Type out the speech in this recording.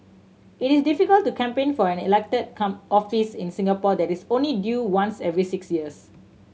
it is difficult to campaign for an elected come office in Singapore that is only due once every six years